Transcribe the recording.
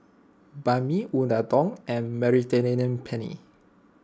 Banh Mi Unadon and Mediterranean Penne